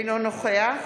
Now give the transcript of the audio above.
אינו נוכח